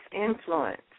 influence